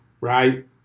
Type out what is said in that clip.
right